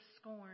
scorn